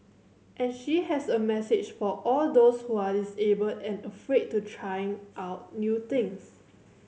and she has a message for all those who are disabled and afraid to trying out new things